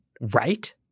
right